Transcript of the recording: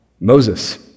Moses